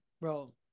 bro